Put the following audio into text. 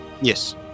Yes